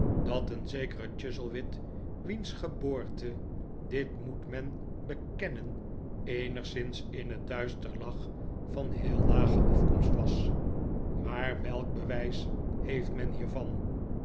dat een zekere chuzzlewit wiens geboorte dit moet men bekennen eenigszins in het duister lag van heel lage afkomst was maar welk bewijs heeft men hiervan